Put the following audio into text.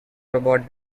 robot